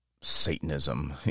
Satanism